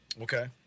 Okay